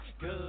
good